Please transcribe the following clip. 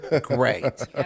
great